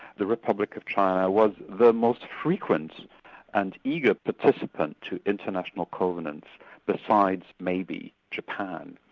the republic of china was the most frequent and eager participant to international covenants besides maybe japan.